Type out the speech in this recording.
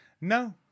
No